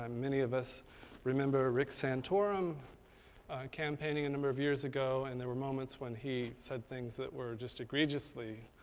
um many of us remember rick santorum campaigning a number of years ago, and there were moments when he said things that were just egregiously